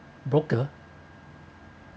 broker